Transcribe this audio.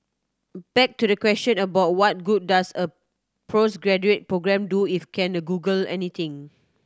back to the question about what good does a postgraduate programme do if can Google anything